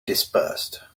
dispersed